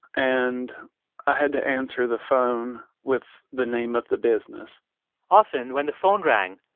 and i had to answer the phone with the name of the business often when the phone rang,